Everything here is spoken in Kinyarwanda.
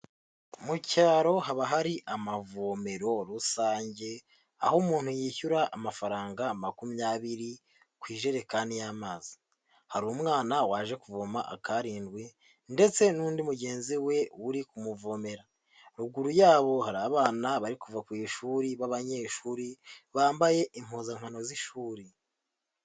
Mu cyaro haba hari amavomero rusange, aho umuntu yishyura amafaranga makumyabiri ku ijerekani y'amazi, hari umwana waje kuvoma akarindwi ndetse n'undi mugenzi we uri kumuvomera. Ruguru yabo hari abana bari kuva ku ishuri b'abanyeshuri bambaye impuzankano z'ishuri.